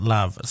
Love